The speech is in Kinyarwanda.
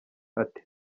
ati